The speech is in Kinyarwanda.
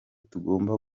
tugomba